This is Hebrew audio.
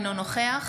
אינו נוכח